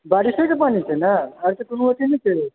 बारिशेके पानि छै ने आर तऽ कोनो अथी नहि छै